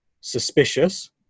suspicious